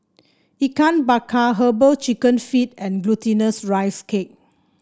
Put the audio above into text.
Ikan Bakar herbal chicken feet and Glutinous Rice Cake